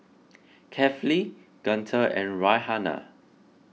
Kefli Guntur and Raihana